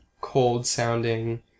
cold-sounding